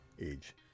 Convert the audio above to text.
age